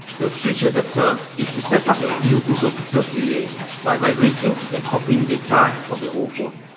the switch adapter is to set up your new google pixel three a by migrating and copying data from your old phone,